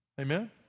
Amen